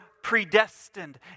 predestined